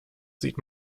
sieht